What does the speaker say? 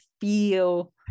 feel